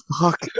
fuck